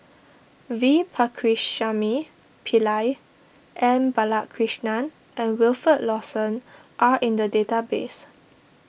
V Pakirisamy Pillai M Balakrishnan and Wilfed Lawson are in the database